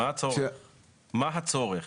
מה הצורך?